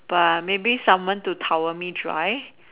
but maybe someone to towel me dry